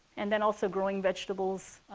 and then also growing vegetables,